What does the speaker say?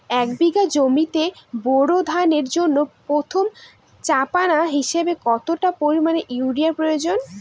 এক বিঘা জমিতে বোরো ধানের জন্য প্রথম চাপান হিসাবে কতটা পরিমাণ ইউরিয়া প্রয়োজন?